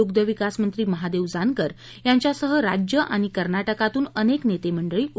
दग्धविकास मंत्री महादेव जानकर यांच्यासह राज्य आणि कर्नाटकातून अनेक नेतेमंडळी उपस्थित होती